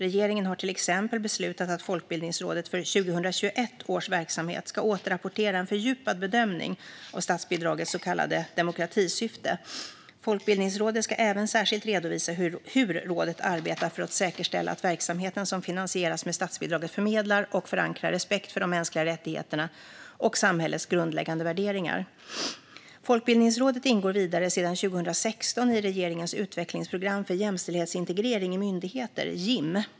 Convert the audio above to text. Regeringen har till exempel beslutat att Folkbildningsrådet för 2021 års verksamhet ska återrapportera en fördjupad bedömning av statsbidragets så kallade demokratisyfte. Folkbildningsrådet ska även särskilt redovisa hur rådet arbetar för att säkerställa att verksamheten som finansieras med statsbidraget förmedlar och förankrar respekt för de mänskliga rättigheterna och samhällets grundläggande värderingar. Folkbildningsrådet ingår vidare sedan 2016 i regeringens utvecklingsprogram Jämställdhetsintegrering i myndigheter, JIM.